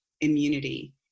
immunity